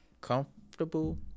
comfortable